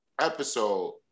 episode